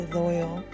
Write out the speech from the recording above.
loyal